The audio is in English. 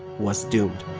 was doomed.